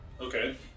Okay